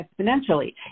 exponentially